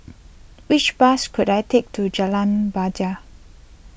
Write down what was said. which bus could I take to Jalan bajia